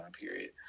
period